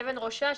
אבן ראשה,